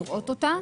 עין צורים,